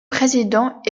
président